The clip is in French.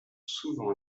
souvent